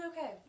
okay